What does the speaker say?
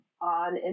on